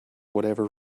whatever